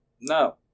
No